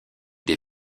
des